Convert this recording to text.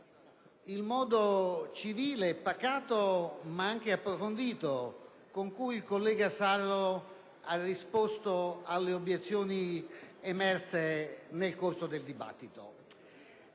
il modo civile e pacato, ma anche approfondito, con cui il collega Sarro ha risposto alle obiezioni emerse nel corso del dibattito.